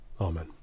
Amen